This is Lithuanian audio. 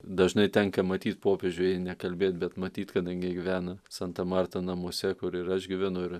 dažnai tenka matyt popiežių jei ne kalbėt bet matyt kadangi gyvena santa marta namuose kur ir aš gyvenu ir